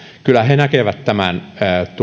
kyllä he näkevät tämän